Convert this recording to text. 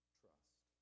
trust